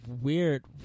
weird